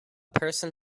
person